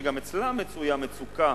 שגם אצלם מצויה מצוקה